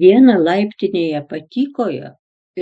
dieną laiptinėje patykojo